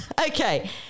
Okay